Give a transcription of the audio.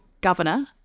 governor